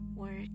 work